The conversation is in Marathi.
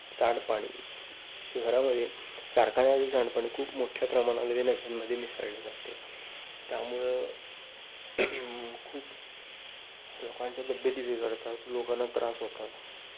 सांडपाणी शहरामध्ये कारखाान्याचे सांडपाणी खूप मोठ्या प्रमाणाात नद्यांमध्ये मिसळलं जाते त्यामुळं खूप लोकांच्या तब्येती बिघडतात लोकांना त्रास होतात